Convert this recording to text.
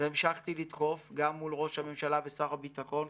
והמשכתי לדחוף גם מול ראש הממשלה ושר הביטחון.